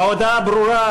ההודעה ברורה.